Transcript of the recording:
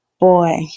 Boy